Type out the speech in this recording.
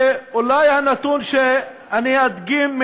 ואולי הנתון שאני אדגים,